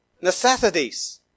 necessities